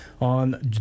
on